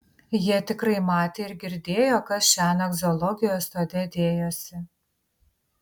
jie tikrai matė ir girdėjo kas šiąnakt zoologijos sode dėjosi